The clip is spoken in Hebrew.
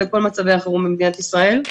לכל מצבי החירום במדינת ישראל.